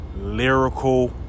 lyrical